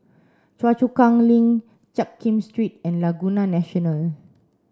Choa Chu Kang Link Jiak Kim Street and Laguna National